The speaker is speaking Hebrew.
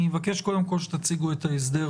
אני מבקש קודם כול שתציגו את ההסדר